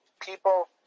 people